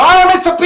מה הם מצפים?